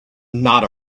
not